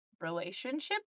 relationship